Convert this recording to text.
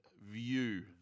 view